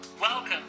Welcome